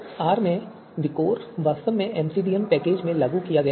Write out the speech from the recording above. R में VIKOR वास्तव में MCDM पैकेज में लागू किया गया है